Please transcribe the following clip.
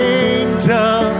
angel